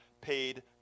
paid